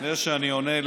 לפני שאני עונה,